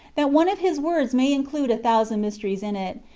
that one of his words may include a thousand mysteries in it,